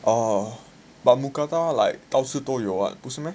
orh but mookata like 到处都有啊不是吗